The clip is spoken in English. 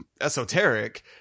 esoteric